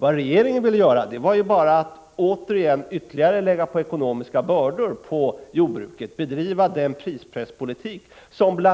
Vad regeringen ville göra var bara att återigen lägga på ytterligare ekonomiska bördor på jordbruket, fortsätta att driva den prispressningspolitik som